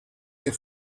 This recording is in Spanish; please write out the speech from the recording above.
que